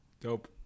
Dope